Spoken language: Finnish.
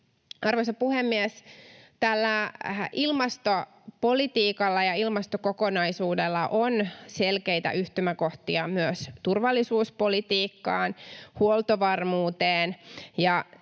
Arvoisa puhemies! Tällä ilmastopolitiikalla ja ilmastokokonaisuudella on selkeitä yhtymäkohtia myös turvallisuuspolitiikkaan, huoltovarmuuteen.